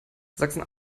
sachsen